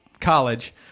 college